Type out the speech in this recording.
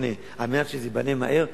כדי שזה ייבנה מהר,